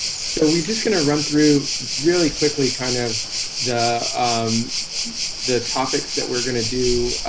so he's just gonna run through really quickly kind of the um the topics that we're gonna do